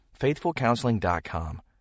FaithfulCounseling.com